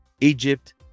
Egypt